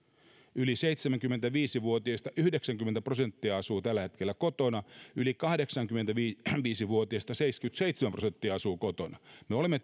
yli seitsemänkymmentäviisi vuotiaista yhdeksänkymmentä prosenttia asuu tällä hetkellä kotona ja yli kahdeksankymmentäviisi vuotiaista seitsemänkymmentäseitsemän prosenttia asuu kotona eli me olemme